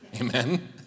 amen